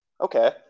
Okay